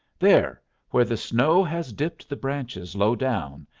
there where the snow has dipped the branches low down.